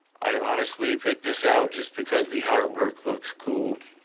i honestly picked this out just because the artwork looks cool,